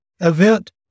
event